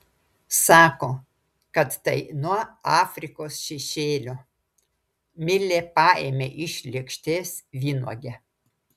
sako kad tai nuo afrikos šešėlio milė paėmė iš lėkštės vynuogę